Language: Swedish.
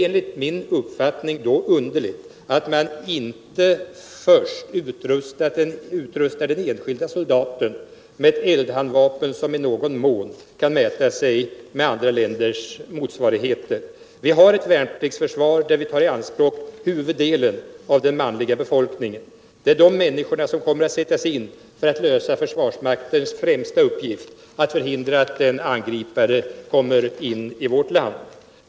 | Enligt min mening är det underligt att man inte först utrustat den enskilde soldaten med eu handeldvapen som i någon mån: kan mäta sig med andra länders motsvarigheter. Vi har ett försvar där vi tar i anspråk huvuddelen av den manliga befolkningen. Det är dessa människor som kommer att sättas in för alt lösa försvarsmaktens främsta uppgift: att förhindra att en angripare kommer in i vårt land.